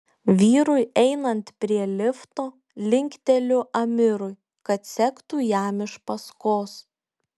vyrui einant prie lifto linkteliu amirui kad sektų jam iš paskos